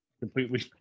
Completely